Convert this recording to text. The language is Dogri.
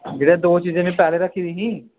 जेह्ड़ी दो चीजां मैं पैह्ले रक्खी दी ही